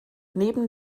neben